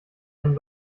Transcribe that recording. ein